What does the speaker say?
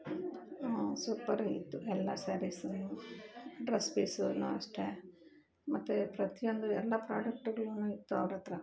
ಸೂಪರಾಗಿತ್ತು ಎಲ್ಲ ಸ್ಯಾರಿಸೂನು ಡ್ರಸ್ ಪೀಸೂನು ಅಷ್ಟೆ ಮತ್ತು ಪ್ರತಿಯೊಂದು ಎಲ್ಲ ಪ್ರೋಡಕ್ಟ್ಗಳೂ ಇತ್ತು ಅವ್ರಹತ್ರ